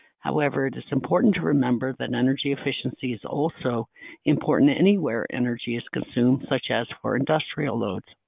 however it is important to remember that and energy efficiency is also important anywhere energy is consumed such as for industrial loads.